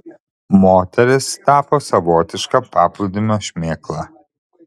moteris tapo savotiška paplūdimio šmėkla